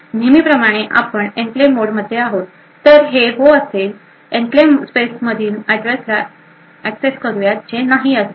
नेहमीप्रमाणे आपण enclave mode मध्ये आहोत तर हे हो असेल एन्क्लेव्ह स्पेस मधील एड्रेसला एक्सेस करूयात जे नाही असेल